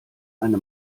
eine